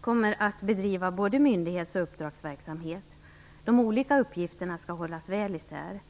kommer att bedriva både myndighets och uppdragsverksamhet. De olika uppgifterna skall hållas väl isär.